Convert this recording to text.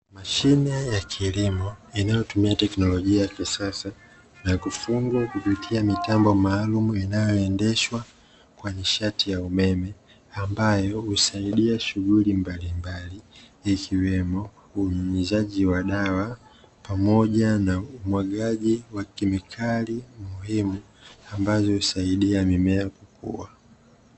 Mashine ya kilimo inayotumia teknolojia ya kisasa na kufungwa kupitia mitambo maalumu inayoendeshwa kwa nishati ya umeme, ambayo husaidia shughuli mbalimbali ikiwemo unyunyiziaji wa dawa pamoja na umwagaji wa kemikali muhimu, ambazo husaidia mimea kukua.